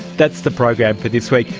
that's the program for this week.